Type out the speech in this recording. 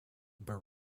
but